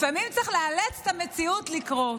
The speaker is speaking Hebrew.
לפעמים צריך לאלץ את המציאות לקרות.